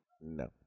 No